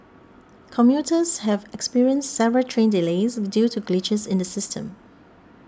commuters have experienced several train delays due to glitches in the system